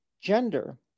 gender